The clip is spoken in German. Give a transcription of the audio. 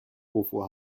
wovor